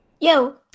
Yo